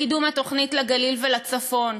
לקידום התוכנית לגליל ולצפון.